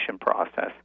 process